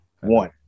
one